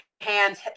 hands